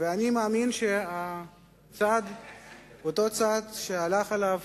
אני מאמין שאותו צעד שהלך אליו